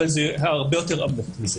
אבל זה הרבה יותר עמוק מזה.